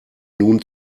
nun